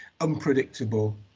unpredictable